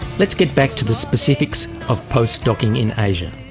let's get back to the specifics of postdocing in asia.